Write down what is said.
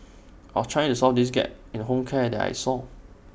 I was trying to solve this gap in home care that I saw